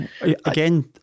Again